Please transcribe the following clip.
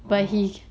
orh